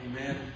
Amen